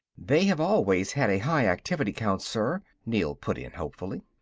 they have always had a high activity count, sir, neel put in hopefully.